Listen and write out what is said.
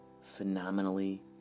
phenomenally